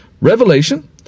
Revelation